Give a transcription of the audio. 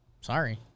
Sorry